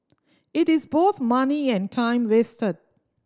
it is both money and time wasted